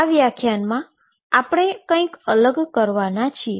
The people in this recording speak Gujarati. આ વ્યાખ્યાનમાં આપણે કઈંક અલગ કરવાના છીએ